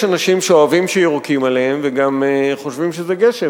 יש אנשים שאוהבים שיורקים עליהם וגם חושבים שזה גשם.